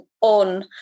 on